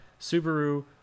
Subaru